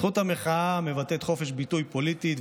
זכות המחאה מבטאת חופש ביטוי פוליטי,